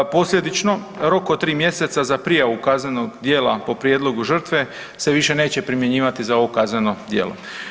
Posljedično rok od 3 mjeseca za prijavu kaznenog djela po prijedlogu žrtve se više neće primjenjivati za ovo kazneno djelo.